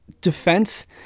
defense